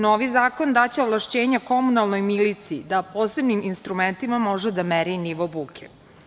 Novi zakon daće ovlašćenja komunalnoj miliciji da posebnim instrumentima može da meri nivo buke.